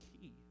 key